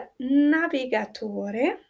navigatore